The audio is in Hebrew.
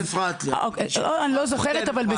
את הפרעת לי, את כן הפרעת.